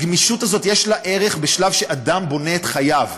הגמישות הזאת יש לה ערך בשלב שאדם בונה את חייו.